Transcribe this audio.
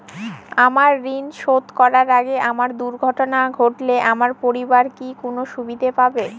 আমার ঋণ শোধ করার আগে আমার দুর্ঘটনা ঘটলে আমার পরিবার কি কোনো সুবিধে পাবে?